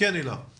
משרד התחבורה,